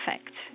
effect